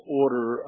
order